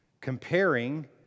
Comparing